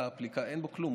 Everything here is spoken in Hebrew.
אין בו כלום,